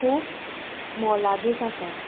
खूब मोलादीक आसा